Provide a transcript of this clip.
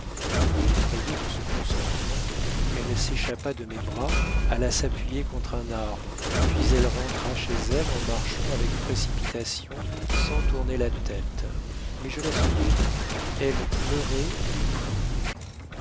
effrayée de ce consentement elle s'échappa de mes bras alla s'appuyer contre un arbre puis elle rentra chez elle en marchant avec précipitation sans tourner la tête mais je la suivis elle pleurait et priait